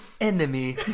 enemy